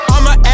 I'ma